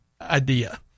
idea